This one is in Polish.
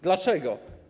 Dlaczego?